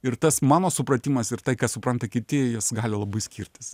ir tas mano supratimas ir tai ką supranta kiti gali labai skirtis